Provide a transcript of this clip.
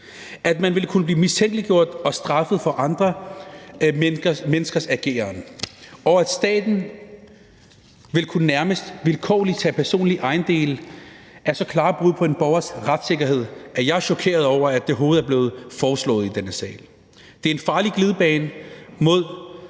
At man vil kunne blive mistænkeliggjort og straffet for andre menneskers ageren, og at staten nærmest vilkårligt vil kunne fratage folk personlige ejendele, er så klare brud på en borgers retssikkerhed, at jeg er chokeret over, at det overhovedet er blevet foreslået i denne sal. Det er en farlig glidebane mod